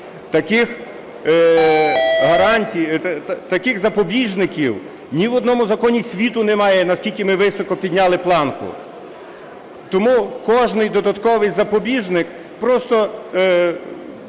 таких запобіжників ні в одному законі світу немає, наскільки ми високо підняли планку. Тому кожен додатковий запобіжник… Просто